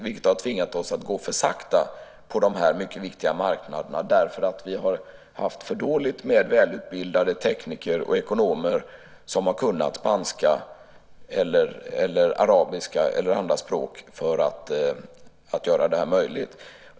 Vi har tvingats att gå för sakta fram på de här mycket viktiga marknaderna, därför att vi har haft för dåligt med välutbildade tekniker och ekonomer som har kunnat spanska, arabiska eller andra språk.